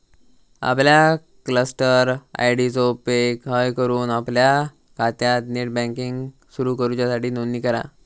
आपल्या cluster ID चो उपेग हय करून आपल्या खात्यात नेट बँकिंग सुरू करूच्यासाठी नोंदणी करा